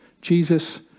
Jesus